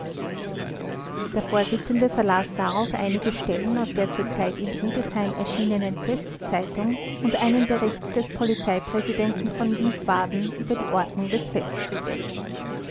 der vorsitzende verlas darauf einige stellen aus der zur zeit in rüdesheim erschienenen festzeitung und einen bericht des polizeipräsidenten von wiesbaden über die ordnung des festzuges